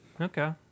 Okay